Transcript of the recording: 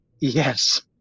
yes